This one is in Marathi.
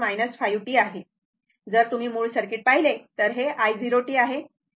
जर तुम्ही मूळ सर्किट पाहिले तर हे i0t आहे